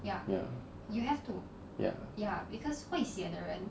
ya ya